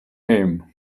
him